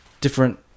different